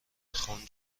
خون